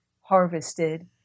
harvested